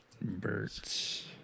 birds